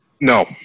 No